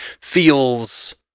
feels